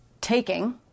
taking